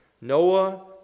Noah